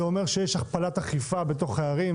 זה אומר שיש הכפלת אכיפה בתוך הערים,